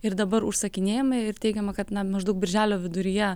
ir dabar užsakinėjama ir teigiama kad na maždaug birželio viduryje